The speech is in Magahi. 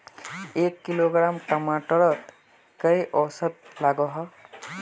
एक किलोग्राम टमाटर त कई औसत लागोहो?